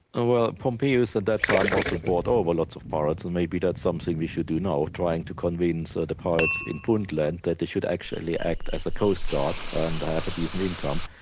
ah well pompey at that that time also brought over lots of pirates, and maybe that's something we should do now, trying to convince so the pirates in puntland that they should actually act as a coastguard and have a decent income.